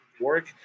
work